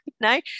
no